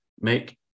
make